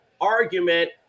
argument